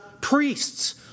priests